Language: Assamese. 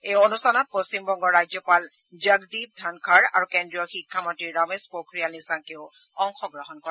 এই অনুঠানত পশ্চিমবংগৰ ৰাজ্যপাল জগদীপ ধনখৰ আৰু কেন্দ্ৰীয় শিক্ষামন্ত্ৰী ৰমেশ পোখৰিয়াল নিশাংকেও অংশগ্ৰহণ কৰে